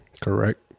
Correct